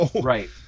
right